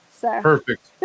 Perfect